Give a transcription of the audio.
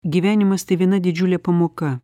gyvenimas tai viena didžiulė pamoka